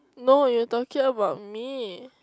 no you talking about me